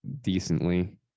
decently